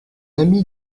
ami